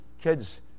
kids